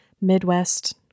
Midwest